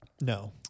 no